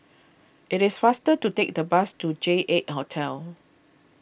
it is faster to take the bus to J eight Hotel